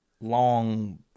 long